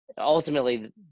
ultimately